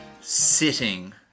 sitting